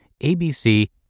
ABC